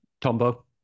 Tombo